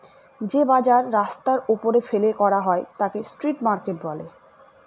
যে বাজার রাস্তার ওপরে ফেলে করা হয় তাকে স্ট্রিট মার্কেট বলে